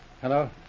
Hello